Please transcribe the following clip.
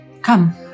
Come